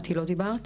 מטי, לא דיברת?